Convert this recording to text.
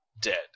dead